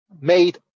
made